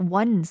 one